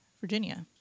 Virginia